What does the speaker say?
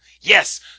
Yes